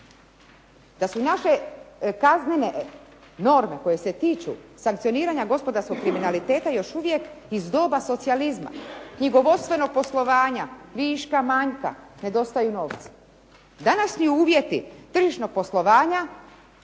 DA su naše kaznene norme koje se tiču sankcioniranja gospodarskog kriminaliteta još iz doba socijalizma, knjigovodstvenog poslovanja, viška manjka, nedostaju novci. Današnji uvjeti tržišnog poslovanja